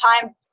time